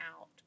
out